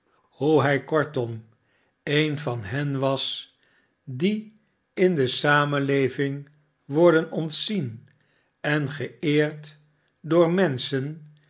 hoe hij kortom een van hen was die in de samenleving worden ontzien en geeerd door menschen